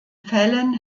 fällen